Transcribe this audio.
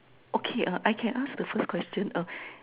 okay err I can ask the first question err